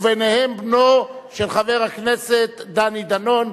וביניהם בנו של חבר הכנסת דני דנון,